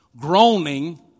groaning